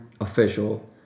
official